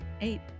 eight